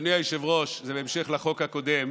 אדוני היושב-ראש, זה בהמשך לחוק הקודם.